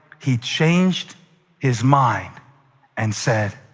he changed his mind and said,